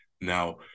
Now